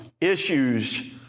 issues